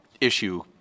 issue